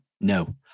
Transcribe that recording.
No